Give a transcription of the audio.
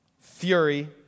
fury